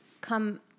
come